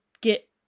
get